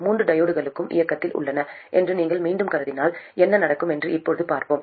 மூன்று டையோட்களும் இயக்கத்தில் உள்ளன என்று நீங்கள் மீண்டும் கருதினால் என்ன நடக்கும் என்று இப்போது பார்ப்போம்